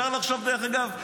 דרך אגב,